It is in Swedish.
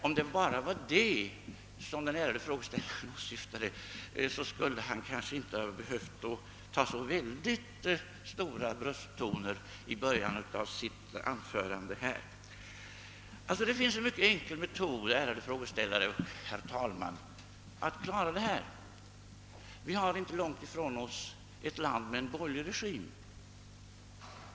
Om det bara var det som den ärade frågeställaren åsyftade, skulle han kanske inte ha behövt ta till så oerhört starka brösttoner i början av sitt anförande, Det finns en mycket enkel metod, ärade frågeställare och herr talman, att klara detta problem. Vi har inte långt från oss ett land med en borgerlig regim.